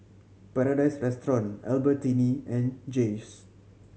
Paradise Restaurant Albertini and Jays